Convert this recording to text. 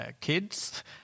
kids